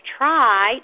try